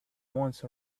once